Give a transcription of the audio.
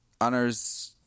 honors